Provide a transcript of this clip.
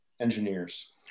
engineers